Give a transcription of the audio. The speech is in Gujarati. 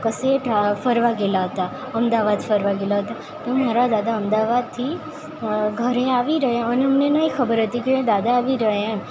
કસે ફરવા ગયેલા હતા અમદાવાદ ફરવા ગયેલા હતા તો મારા દાદા અમદાવાદથી ઘરે આવી રહ્યા અને અમને નઇ ખબર હતી કે દાદા આવી રહ્યા એમ